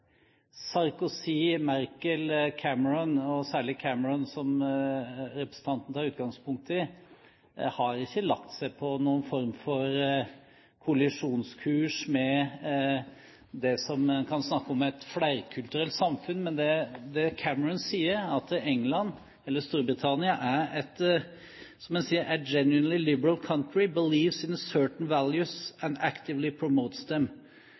Sarkozy, Merkel, Cameron – og særlig Cameron, som representanten tar utgangspunkt i – har ikke lagt seg på noen form for kollisjonskurs med det som en kan snakke om som et flerkulturelt samfunn. Men det Cameron sier, er at Storbritannia som «a genuinely liberal country» «believes in certain values and actively promotes them». Derfor sier